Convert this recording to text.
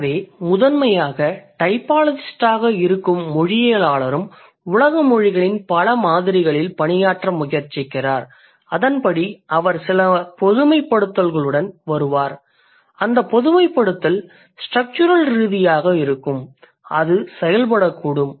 எனவே முதன்மையாக டைபாலஜிஸ்ட்டாக இருக்கும் மொழியியலாளரும் உலக மொழிகளின் பல மாதிரிகளில் பணியாற்ற முயற்சிக்கிறார் அதன்படி அவர் சில பொதுமைப்படுத்தலுடன் வருவார் அந்தப் பொதுமைப்படுத்தல் ஸ்டெரக்சுரல் ரீதியாக இருக்கக்கூடும் அது செயல்படக்கூடும்